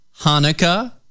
hanukkah